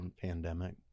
Pandemic